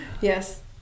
Yes